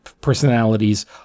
personalities